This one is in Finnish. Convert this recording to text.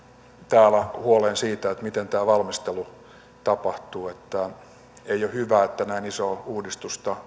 täällä huoleen siitä miten tämä valmistelu tapahtuu ei ole hyvä että näin isoa uudistusta